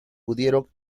pudieron